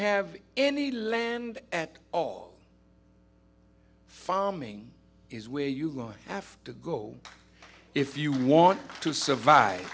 have any land at all farming is where you live have to go if you want to survive